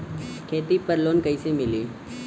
खेती पर लोन कईसे मिली?